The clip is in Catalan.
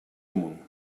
amunt